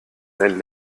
dein